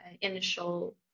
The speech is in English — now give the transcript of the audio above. initial